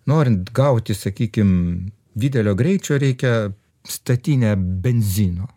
norint gauti sakykim didelio greičio reikia statinę benzino